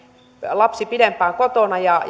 lapsi pidempään kotona ja